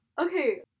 Okay